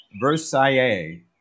Versailles